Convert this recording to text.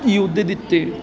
ਯੁੱਧ ਦਿੱਤੇ